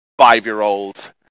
five-year-olds